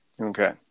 Okay